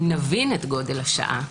אם נבין את גודל השעה,